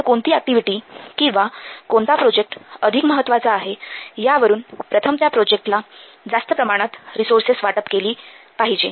तर कोणती ऍक्टिव्हिटी किंवा कोणता प्रोजेक्ट अधिक महत्त्वाचा आहे यावरून प्रथम त्या प्रोजेक्टला जास्त प्रमाणात रिसोर्सेस वाटप केली पाहिजे